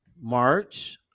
March